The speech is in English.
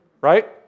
Right